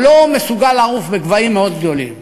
הוא לא מסוגל לעוף בגבהים מאוד גדולים,